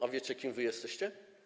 A wiecie, kim wy jesteście?